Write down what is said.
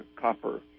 copper